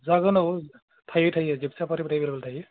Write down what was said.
जागोन औ थायो थायो जिप साफारिफोर थायो एभेलएबेल थायो